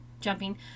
jumping